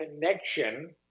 connection